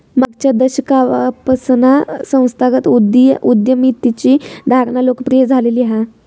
मागच्या दशकापासना संस्थागत उद्यमितेची धारणा लोकप्रिय झालेली हा